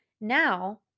Now